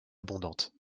abondante